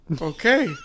okay